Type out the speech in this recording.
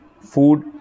food